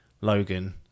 Logan